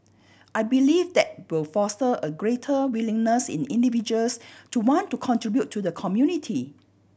I believe that will foster a greater willingness in individuals to want to contribute to the community